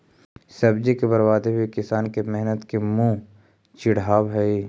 सब्जी के बर्बादी भी किसान के मेहनत के मुँह चिढ़ावऽ हइ